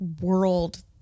world